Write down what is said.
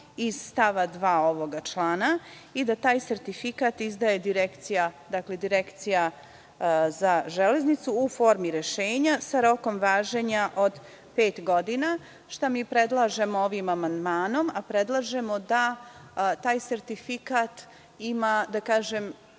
iz stava 2. ovoga člana i da taj sertifikat izdaje Direkcija za železnice u formi rešenja, sa rokom važenja od pet godina. Šta mi predlažemo ovim amandmanom? Predlažemo da taj sertifikat ima kraći